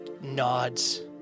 nods